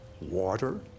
water